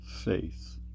faith